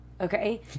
okay